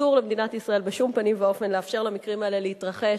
אסור למדינת ישראל בשום פנים ואופן לאפשר למקרים האלה להתרחש.